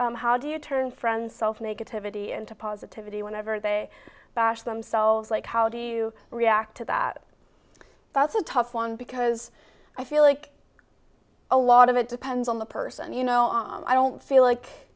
sorry how do you turn friend self negativity into positivity whenever they bashed themselves like how do you react to that that's a tough one because i feel like a lot of it depends on the person you know i don't feel